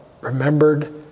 remembered